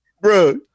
Bro